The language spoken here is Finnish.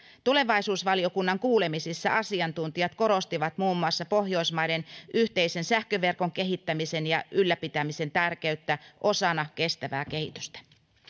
tulevaisuusvaliokunnan kuulemisissa asiantuntijat korostivat muun muassa pohjoismaiden yhteisen sähköverkon kehittämisen ja ylläpitämisen tärkeyttä osana kestävää kehitystä